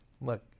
Look